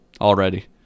already